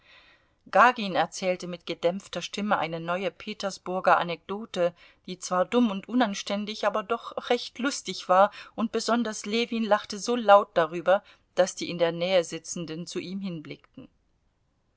gagin erzählte mit gedämpfter stimme eine neue petersburger anekdote die zwar dumm und unanständig aber doch recht lustig war und besonders ljewin lachte so laut darüber daß die in der nähe sitzenden zu ihm hinblickten